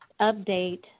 update